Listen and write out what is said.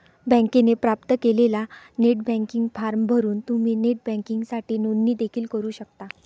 बँकेने प्राप्त केलेला नेट बँकिंग फॉर्म भरून तुम्ही नेट बँकिंगसाठी नोंदणी देखील करू शकता